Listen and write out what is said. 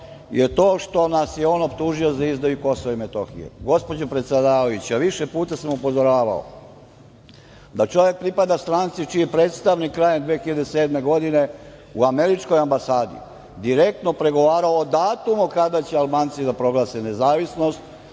je to što nas je on optužio za izdaju Kosova i Metohije. Gospođo predsedavajuća, više puta sam upozoravao da čovek pripada stranci čiji je predstavnik krajem 2007. godine u američkoj ambasadi direktno pregovarao o datumu kada će Albanci da proglase nezavisnost,